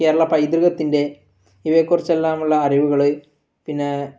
കേരള പൈതൃകത്തിൻ്റെ ഇവയെക്കുറിച്ചുള്ള നമ്മളെ അറിവുകൾ പിന്നെ